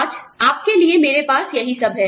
आज आपके लिए मेरे पास यही सब है